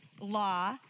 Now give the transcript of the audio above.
law